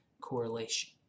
correlation